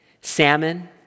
Salmon